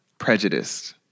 prejudiced